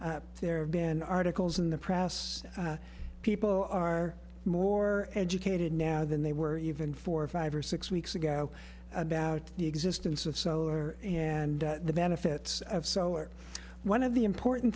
s there have been articles in the press people are more educated now than they were even four or five or six weeks ago about the existence of solar and the benefits of solar one of the important